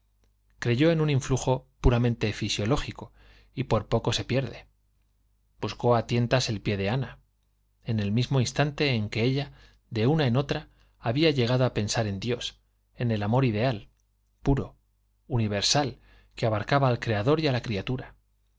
creyó en un influjo puramente fisiológico y por poco se pierde buscó a tientas el pie de ana en el mismo instante en que ella de una en otra había llegado a pensar en dios en el amor ideal puro universal que abarcaba al creador y a la criatura